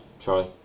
try